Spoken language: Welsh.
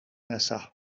nesaf